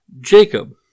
Jacob